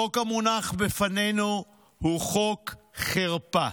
החוק המונח בפנינו הוא חוק חרפה.